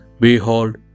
Behold